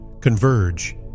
converge